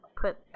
put